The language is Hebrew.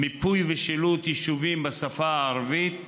מיפוי ושילוט יישובים בשפה הערבית,